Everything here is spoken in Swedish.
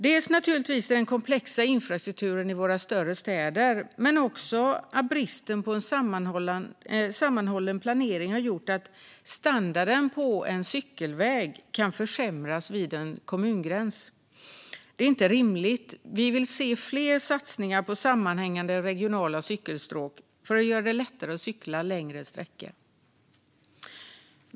Det handlar naturligtvis om den komplexa infrastrukturen i våra större städer, men det handlar också om att bristen på en sammanhållen planering har gjort att standarden på en cykelväg kan försämras vid en kommungräns. Det är inte rimligt. Vi vill se fler satsningar på sammanhängande regionala cykelstråk för att göra det lättare att cykla längre sträckor.